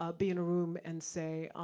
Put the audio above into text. ah be in a room and say,